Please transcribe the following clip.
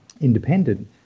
independent